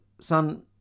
son